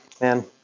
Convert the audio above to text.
man